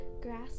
grass